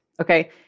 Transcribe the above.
Okay